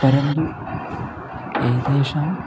परन्तु एतेषां